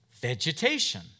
Vegetation